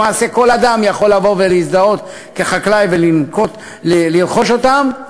למעשה כל אדם יכול לבוא ולהזדהות כחקלאי ולרכוש אותם,